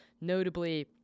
notably